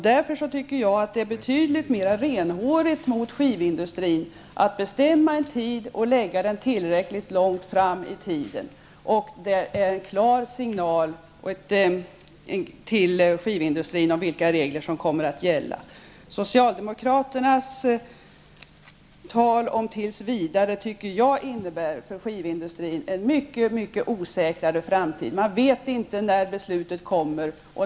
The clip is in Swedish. Därför är det betydligt mera renhårigt mot skivindustrin att bestämma en tidpunkt och att lägga den tillräckligt långt fram i tiden. Det är en klar signal till skivindustrin om vilka regler som kommer att gälla. Socialdemokraternas tal om ''tills vidare'' innebär en mycket osäkrare framtid för skivindustrin, som då inte vet när beslutet kommer.